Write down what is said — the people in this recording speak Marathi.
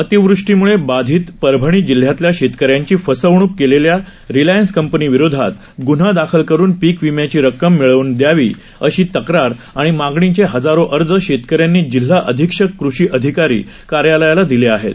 अतिवृष्टीमुळेबाधितपरभणीजिल्हयातल्याशेतकऱ्यांचीफसवणुककेलेल्यारिलायन्सकंपनीविरोधातगुन्हादा खलकरूनपीकविम्याचीरक्कममिळव्नदयावी अशातक्रारआणिमागणीचेहजारोअर्ज शेतकऱ्यांनीजिल्हाअधीक्षककृषीअधिकारीकार्यालयालादिलेआहेत